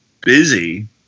busy